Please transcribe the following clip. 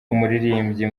umuririmbyi